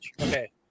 Okay